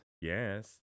yes